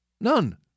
None